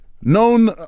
known